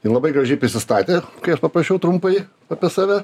ir labai gražiai prisistatė kai aš paprašiau trumpai apie save